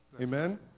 Amen